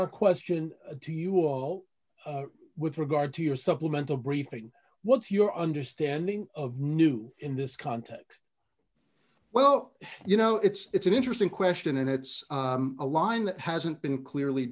our question to you all with regard to your supplemental briefing what's your understanding of new in this context well you know it's an interesting question and it's a line that hasn't been clearly